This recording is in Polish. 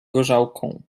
gorzałką